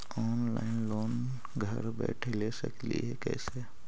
Online loan घर बैठे ले सकली हे, कैसे?